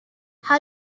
how